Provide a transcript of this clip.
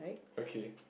okay